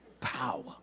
power